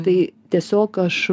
tai tiesiog aš